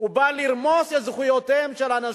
בא לרמוס את זכויותיהם של אנשים.